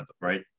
right